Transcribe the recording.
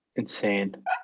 Insane